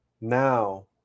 Now